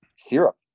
Syrup